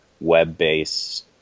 web-based